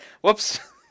Whoops